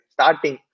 Starting